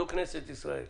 זו כנסת ישראל.